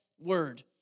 word